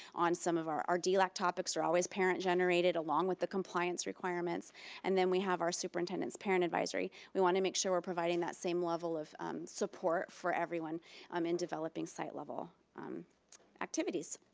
on some of our our dlac topics are always parent generated along with the compliance requirements and then we have our superintendents parent advisory. we want to make sure we're providing that same level of support for everyone um in developing site level activities.